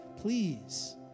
please